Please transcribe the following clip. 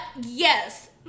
yes